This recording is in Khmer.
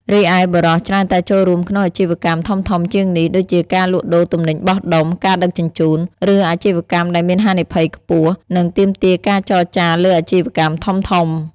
រីឯបុរសច្រើនតែចូលរួមក្នុងអាជីវកម្មធំៗជាងនេះ ដូចជាការលក់ដូរទំនិញបោះដុំ ការដឹកជញ្ជូន ឬអាជីវកម្មដែលមានហានិភ័យខ្ពស់ និងទាមទារការចរចាលើអាជីវកម្មធំៗ។